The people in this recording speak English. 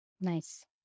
Nice